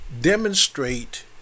demonstrate